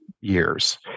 years